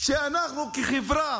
שאנחנו כחברה